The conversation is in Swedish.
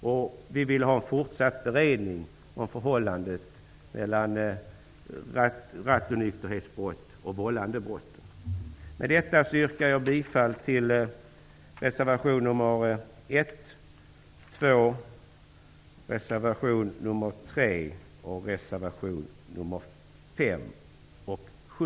Vidare vill vi ha en fortsatt beredning angående förhållandet mellan rattonykterhetsbrott och vållandebrott. Med det anförda yrkar jag bifall till reservationerna nr 1, 2, 3, 5 och nr 7.